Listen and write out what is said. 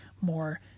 more